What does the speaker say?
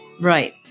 Right